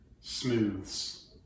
smooths